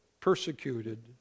persecuted